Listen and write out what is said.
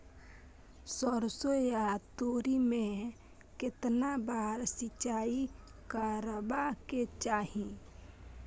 सरसो या तोरी में केतना बार सिंचाई करबा के चाही?